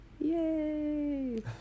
Yay